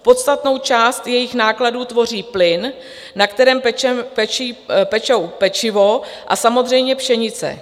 Podstatnou část jejich nákladů tvoří plyn, na kterém pečou pečivo, a samozřejmě pšenice.